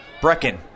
Brecken